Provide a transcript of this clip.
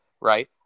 Right